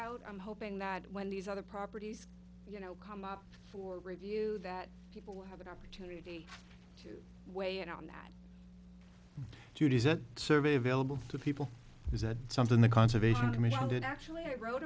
out i'm hoping that when these other properties you know come up for review that people will have an opportunity to weigh in on that too does a survey available to people is that something the conservation commission did actually i wrote